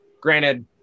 granted